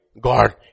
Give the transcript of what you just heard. God